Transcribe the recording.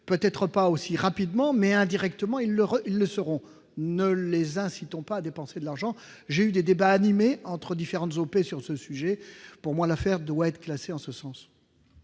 peut-être pas aussi rapidement, mais ils le seront indirectement. Ne les incitons pas à dépenser de l'argent ! J'ai eu des débats animés avec différentes OP sur ce sujet. Pour moi, l'affaire doit être classée en ce sens.